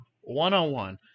One-on-one